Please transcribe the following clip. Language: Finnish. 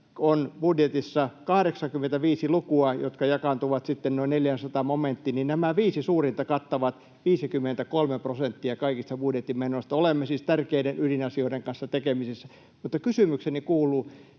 budjetissa on 85 lukua, jotka jakaantuvat sitten noin 400 momenttiin, ja nämä viisi suurinta kattavat 53 prosenttia kaikista budjetin menoista. Olemme siis tärkeiden ydinasioiden kanssa tekemisissä. Mutta kysymykseni kuuluu: